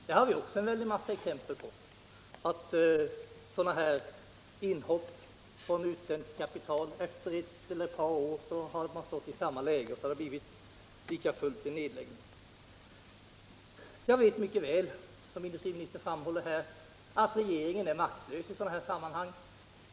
Vi har också en massa exempel på sådana inhopp från utländskt kapital. Efter eu eller eu par år har man haft samma läge, och det har lika fullt blivit nedläggning. Jag vet mycket väl att regeringen, som industriministern framhåller, är maktlös i sådana här sammanhang.